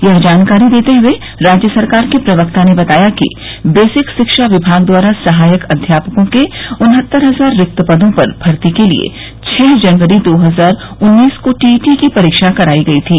यह जानकारी देते हुए राज्य सरकार के प्रवक्ता ने बताया कि बेसिक शिक्षा विभाग द्वारा सहायक अध्यापकों के उन्हत्तर हजार रिक्त पदों पर भर्ती के लिये छह जनवरी दो हजार उन्नीस को टीईटी की परीक्षा कराई गई थी